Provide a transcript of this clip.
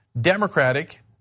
Democratic